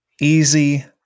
Easy